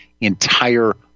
entire